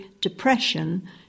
depression